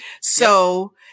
So-